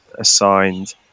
assigned